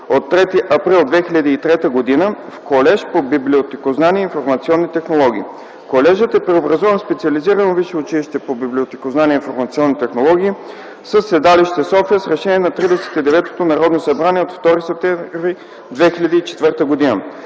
от 3 април 2003 г. в „Колеж по библиотекознание и информационни технологии”. Колежът е преобразуван в Специализирано висше училище по библиотекознание и информационни технологии със седалище София с Решение на Тридесет и деветото Народно събрание от 2 септември 2004 г.